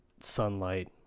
sunlight